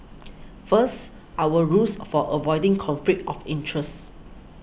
first our rules for avoiding conflict of interest